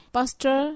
Pastor